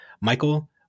Michael